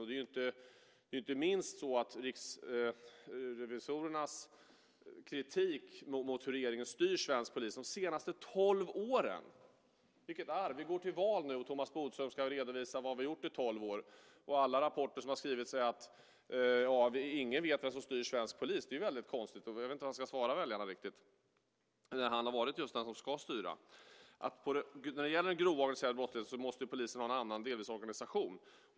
Det gäller inte minst riksrevisorernas kritik mot hur regeringen har styrt svensk polis de senaste tolv åren. Vilket arv! Vi går till val nu, och Thomas Bodström ska redovisa vad vi har gjort i tolv år. Alla rapporter som har skrivits säger att ingen vet som styr svensk polis. Det är ju väldigt konstigt. Jag vet inte riktigt vad han ska svara väljarna när han har varit just den som ska styra. När det gäller den grova organiserade brottsligheten måste polisen delvis ha en annan organisation.